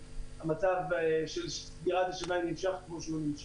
המצב של סגירת השמיים נמשך כמו שהוא נמשך.